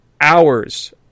hours